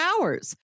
hours